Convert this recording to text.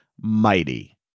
mighty